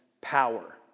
power